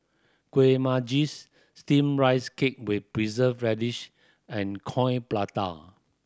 Kuih Manggis Steamed Rice Cake with Preserved Radish and Coin Prata